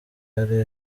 yari